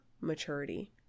maturity